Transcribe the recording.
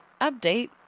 Update